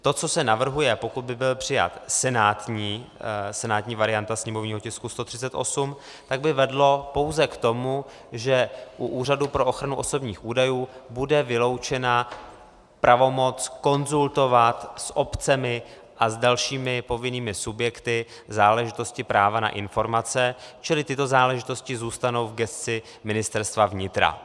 To, co se navrhuje, pokud by byla přijata senátní varianta sněmovního tisku 138, by vedlo pouze k tomu, že u Úřadu pro ochranu osobních údajů bude vyloučena pravomoc konzultovat s obcemi a dalšími povinným subjekty záležitosti práva na informace, čili tyto záležitosti zůstanou v gesci Ministerstva vnitra.